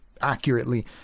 accurately